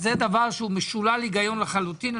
שזה דבר שהוא משולל היגיון לחלוטין.